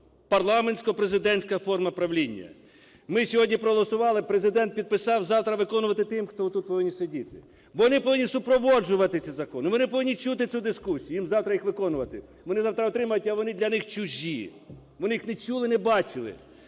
Парламентсько-президентська форма правління. Ми сьогодні проголосували, а Президент підписав. Завтра виконувати тим, хто от тут повинен сидіти, вони повинні супроводжувати ці закони, вони повинні чути цю дискусію, їм завтра їх виконувати. Вони завтра отримають, а вони для них чужі, вони їх не чули і не бачили.